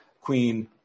Queen